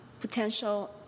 potential